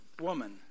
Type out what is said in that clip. woman